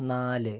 നാല്